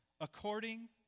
according